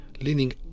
leaning